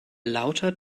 lauter